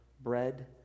bread